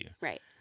Right